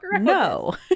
No